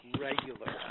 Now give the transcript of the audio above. regular